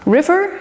River